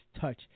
touch